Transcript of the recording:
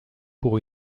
pour